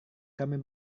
kami